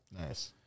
nice